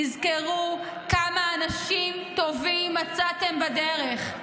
תזכרו כמה אנשים טובים מצאתם בדרך,